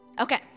Okay